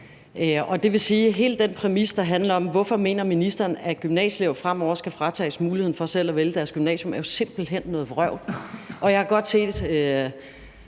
det vil sige, at hele den præmis, der handler om, at ministeren mener, at gymnasieelever fremover skal fratages muligheden for selv at vælge deres gymnasium, simpelt hen er noget vrøvl. Jeg har godt set